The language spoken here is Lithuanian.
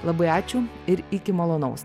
labai ačiū ir iki malonaus